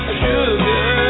sugar